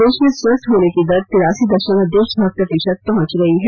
देश में स्वस्थ होने की दर तिरासी दशमलव दो छह प्रतिशत पहंच गई है